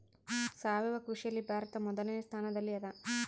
ಸಾವಯವ ಕೃಷಿಯಲ್ಲಿ ಭಾರತ ಮೊದಲನೇ ಸ್ಥಾನದಲ್ಲಿ ಅದ